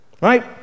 Right